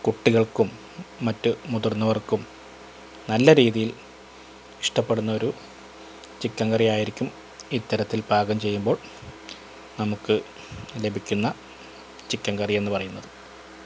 കുട്ടികൾക്കും മറ്റ് മുതിർന്നവർക്കും നല്ല രീതിയിൽ ഇഷ്ടപെടുന്നൊരു ചിക്കൻ കറി ആയിരിക്കും ഇത്തരത്തിൽ പാകം ചെയ്യുമ്പോൾ നമുക്ക് ലഭിക്കുന്ന ചിക്കൻ കറി എന്നുപറയുന്നത്